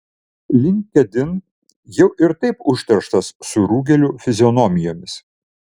linkedin jau ir taip užterštas surūgėlių fizionomijomis